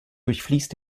durchfließt